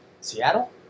Seattle